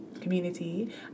community